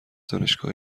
دانشگاه